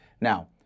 Now